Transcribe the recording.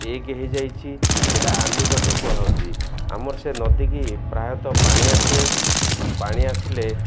ଏକ ହେଇଯାଇଛି ସେଇଟା ଆନିକଟ କୁହାହଉଛି ଆମର ସେ ନଦୀକି ପ୍ରାୟତଃ ପାଣି ଆସେ ପାଣି ଆସିଲେ